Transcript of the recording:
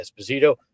Esposito